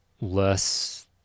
less